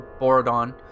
Borodon